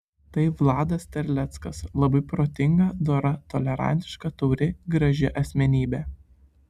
tai vladas terleckas labai protinga dora tolerantiška tauri graži asmenybė